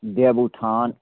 Devuthan